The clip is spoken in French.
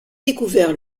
découvert